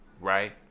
right